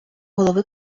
голови